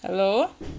hello